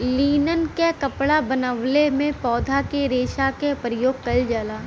linen क कपड़ा बनवले में पौधा के रेशा क परयोग कइल जाला